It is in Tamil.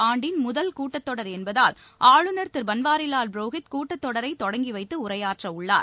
ஆண்டின் முதல் கூட்டத்தொடர் என்பதால் இது இந்த ஆளுநர் திரு பன்வாரிவால் புரோஹித் கூட்டத்தொடரை தொடங்கி வைத்து உரையாற்ற உள்ளார்